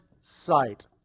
sight